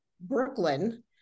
Brooklyn